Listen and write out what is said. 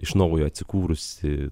iš naujo atsikūrusi